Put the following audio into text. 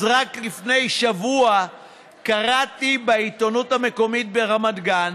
אז רק שלפני שבוע קראתי בעיתונות המקומית ברמת גן